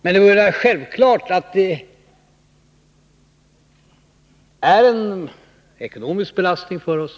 Men självfallet är det en ekonomisk belastning för oss.